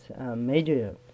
major